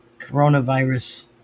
coronavirus